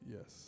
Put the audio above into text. Yes